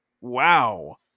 Wow